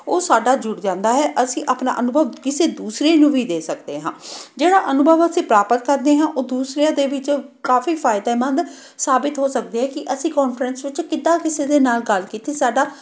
ਉਹ ਸਾਡਾ ਜੁੜ ਜਾਂਦਾ ਹੈ ਅਸੀਂ ਆਪਣਾ ਅਨੁਭਵ ਕਿਸੇ ਦੂਸਰੇ ਨੂੰ ਵੀ ਦੇ ਸਕਦੇ ਹਾਂ ਜਿਹੜਾ ਅਨੁਭਵ ਅਸੀਂ ਪ੍ਰਾਪਤ ਕਰਦੇ ਹਾਂ ਉਹ ਦੂਸਰਿਆਂ ਦੇ ਵਿੱਚ ਕਾਫੀ ਫਾਇਦੇਮੰਦ ਸਾਬਤ ਹੋ ਸਕਦੇ ਹੈ ਕਿ ਅਸੀਂ ਕੋਂਨਫਰੰਸ ਵਿੱਚ ਕਿੱਦਾਂ ਕਿਸੇ ਦੇ ਨਾਲ ਗੱਲ ਕੀਤੀ ਸਾਡਾ